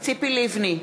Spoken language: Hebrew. ציפי לבני,